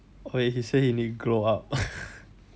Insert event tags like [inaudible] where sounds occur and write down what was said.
oh he say he need glow up [laughs]